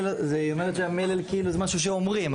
היא אומרת שהמלל זה משהו שאומרים,